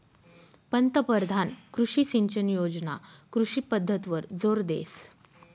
पंतपरधान कृषी सिंचन योजना कृषी पद्धतवर जोर देस